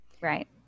right